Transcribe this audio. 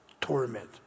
Torment